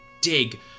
dig